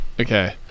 okay